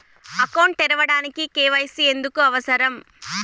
Account తెరవడానికి, KYC ఎందుకు అవసరం?